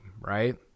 right